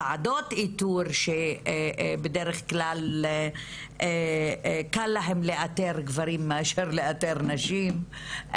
ועדות איתור שבדרך כלל קל להם לאתר גברים מאשר לאתר נשים,